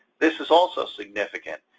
this is also significant.